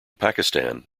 pakistan